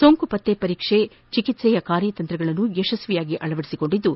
ಸೋಂಕು ಪತ್ತೆ ಪರೀಕ್ಷೆ ಚಿಕಿತ್ಸೆಯ ಕಾರ್ಯತಂತ್ರಗಳನ್ನು ಯಶಸ್ವಿಯಾಗಿ ಅಳವಡಿಸಿಕೊಂಡಿದ್ದು